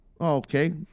Okay